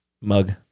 mug